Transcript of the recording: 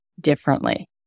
differently